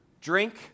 Drink